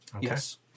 Yes